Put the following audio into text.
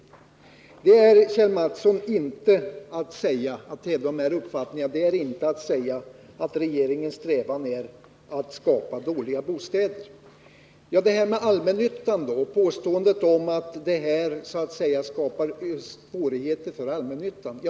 Att hävda de här uppfattningarna, Kjell Mattsson, är inte detsamma som att säga att regeringens strävan är att skapa dåliga bostäder. Men det här påståendet då om att det skapas svårigheter för allmännyttan?